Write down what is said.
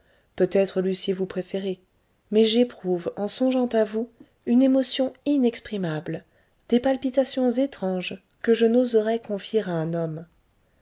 peut-être leussiez vous préféré mais j'éprouve en songeant à vous une émotion inexprimable des palpitations étranges que je n'oserais confier à un homme